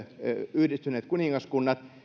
yhdistynyt kuningaskunta